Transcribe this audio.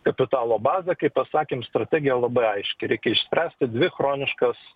kapitalo bazę kai pasakėm strategija labai aiški reikia išspręsti dvi chroniškas